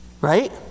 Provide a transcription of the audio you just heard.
right